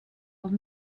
will